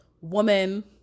woman